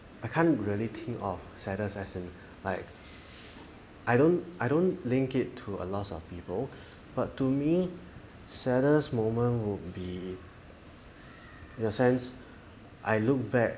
I can't really think of sadness as in like I don't I don't link it to a loss of people but to me saddest moment would be in a sense I look back